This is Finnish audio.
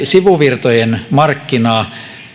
sivuvirtojen markkinaa